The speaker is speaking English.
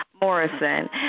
Morrison